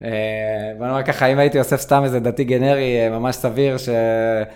בוא נאמר ככה, אם הייתי אוסף סתם איזה דתי גנרי ממש סביר ש...